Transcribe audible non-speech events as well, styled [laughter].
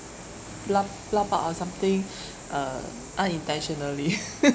blurt blurt out or something [noise] uh unintentionally [laughs]